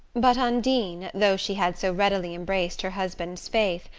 but undine, though she had so readily embraced her husband's faith,